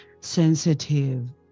sensitive